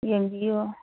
ꯌꯦꯡꯕꯤꯌꯣ